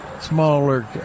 smaller